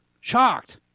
Shocked